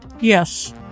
Yes